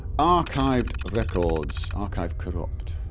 archived records archive corrupt